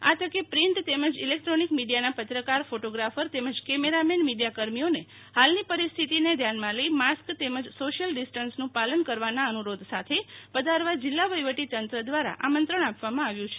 આ તકે પ્રિન્ટ તેમજ ઈલેક્ટ્રોનિક મીડિયાના પત્રકાર ફોટોગ્રાફર તેમજ કેમેરામેન મીડિયાકર્મીઓને હાલની પરિસ્થિતિને ધ્યાનમાં લઈ માસ્ક તેમજ સોશિયલ ડિસ્ટન્સનું પાલન કરવાના અનુ રોધ સાથે પધારવા જિલ્લા વહીવટી તંત્ર દ્વારા આમંત્રણ આપવામાં આવ્યુ છે